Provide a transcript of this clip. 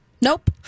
Nope